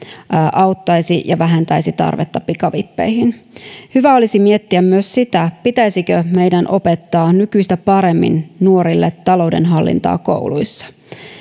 auttaisi ja vähentäisi tarvetta pikavippeihin hyvä olisi miettiä myös sitä pitäisikö meidän opettaa nykyistä paremmin nuorille taloudenhallintaa kouluissa